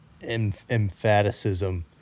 Emphaticism